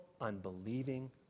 unbelieving